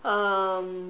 um